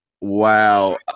wow